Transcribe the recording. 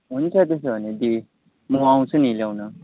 हुन्छ त्यसो भने दी म आउँछु नि लिन